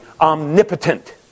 omnipotent